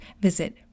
visit